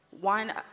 one